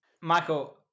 Michael